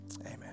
Amen